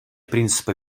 принципа